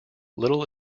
little